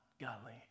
godly